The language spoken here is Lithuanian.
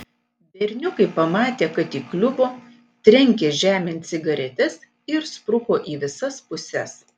berniukai pamatę kad įkliuvo trenkė žemėn cigaretes ir spruko į visas puses